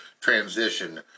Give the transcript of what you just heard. transition